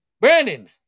Brandon